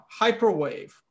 hyperwave